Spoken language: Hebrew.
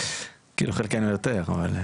כאילו חלקינו יותר צעירים.